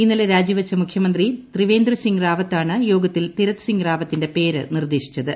ഇന്നലെ രാജി വച്ച മുഖ്യമന്ത്രി ത്രിവേന്ദ്ര സിംഗ് റാവത്താണ് യോഗത്തിൽ തീരത്ത് സിംഗ് റാവത്തിന്റെ പേര് നിർദ്ദേശിച്ചത്